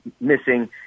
missing